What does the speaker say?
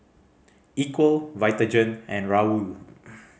Equal Vitagen and Raoul